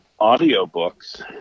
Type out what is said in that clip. audiobooks